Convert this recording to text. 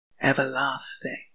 everlasting